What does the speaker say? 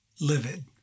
livid